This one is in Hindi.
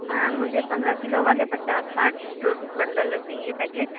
मैम मुझे पंद्रह किलो वाले पचास साठ बंडल लग जाएँगे पैकेट